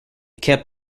kept